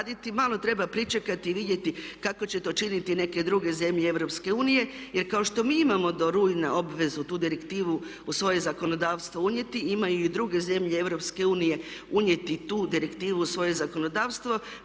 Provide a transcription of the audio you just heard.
malo treba pričekati i vidjeti kako će to činiti neke druge zemlje Europske unije. Jer kao što mi imamo do rujna obvezu tu direktivu u svoje zakonodavstvo unijeti imaju i druge zemlje Europske unije unijeti tu direktivu u svoje zakonodavstvo